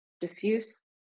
diffuse